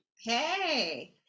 Hey